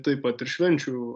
taip pat ir švenčių